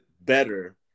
better